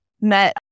met